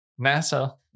NASA